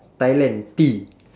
thailand T